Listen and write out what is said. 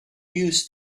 used